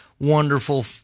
wonderful